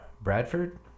Bradford